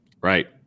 Right